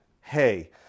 hey